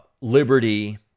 liberty